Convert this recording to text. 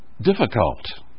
difficult